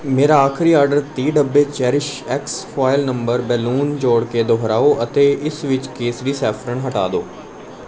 ਮੇਰਾ ਆਖਰੀ ਆਰਡਰ ਤੀਹ ਡੱਬੇ ਚੇਰੀਸ਼ਐਕਸ ਫੁਆਇਲ ਨੰਬਰ ਬੈਲੂਨ ਜੋੜ ਕੇ ਦੁਹਰਾਓ ਅਤੇ ਇਸ ਵਿੱਚ ਕੇਸਰੀ ਸੈਫਰਨ ਹਟਾ ਦਿਉ